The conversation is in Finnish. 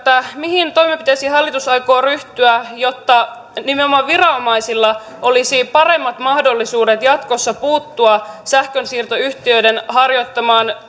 mihin toimenpiteisiin hallitus aikoo ryhtyä jotta nimenomaan viranomaisilla olisi paremmat mahdollisuudet jatkossa puuttua sähkönsiirtoyhtiöiden harjoittamaan